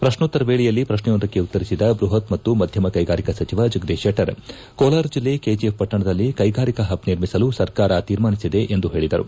ಪ್ರಕ್ನೋತ್ತರ ವೇಳೆಯಲ್ಲಿ ಪ್ರಕ್ನೆಯೊಂದಕ್ಕೆ ಉತ್ತರಿಸಿದ ಬೃಹಕ್ ಮತ್ತು ಮಧ್ಯಮ ಕೈಗಾರಿಕಾ ಸಚಿವ ಜಗದೀಶ್ ಶೆಟ್ಟರ್ ಕೋಲಾರ ಜಿಲ್ಲೆ ಕೆಜಎಫ್ ಪಟ್ಟಣದಲ್ಲಿ ಕೈಗಾರಿಕಾ ಪಬ್ ನಿರ್ಮಿಸಲು ಸರ್ಕಾರ ಕೀರ್ಮಾನಿಸಿದೆ ಎಂದು ಪೇಳದರು